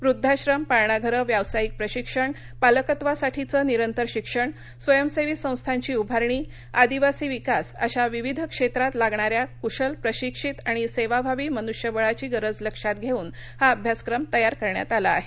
वृद्धाश्रम पाळणाघरं व्यावसायिक प्रशिक्षण पालकत्वासाठीचं निरंतर शिक्षण स्वयंसेवी संस्थांची उभारणी आदिवासी विकास अशा विविध क्षेत्रात लागणाऱ्या कुशल प्रशिक्षित आणि सेवाभावी मनुष्यबळाची गरज लक्षात घेऊन हा अभ्यासक्रम तयार करण्यात आला आहे